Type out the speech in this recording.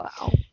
Wow